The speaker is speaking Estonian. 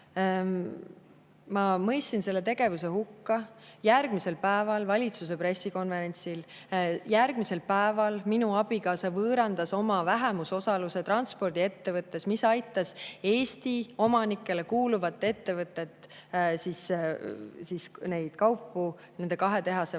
Ma mõistsin selle [Venemaaga äri ajamise] hukka järgmisel päeval valitsuse pressikonverentsil. Järgmisel päeval minu abikaasa võõrandas oma vähemusosaluse transpordiettevõttes, mis aitas Eesti omanikele kuuluvat ettevõtet, et kaupu nende kahe tehase vahel